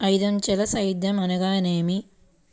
ఐదంచెల సేద్యం అనగా నేమి?